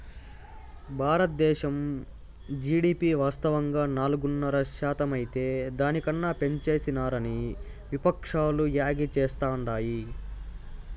బారద్దేశం జీడీపి వాస్తవంగా నాలుగున్నర శాతమైతే దాని కన్నా పెంచేసినారని విపక్షాలు యాగీ చేస్తాండాయి